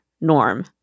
Norm